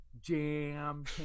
Jam